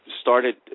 started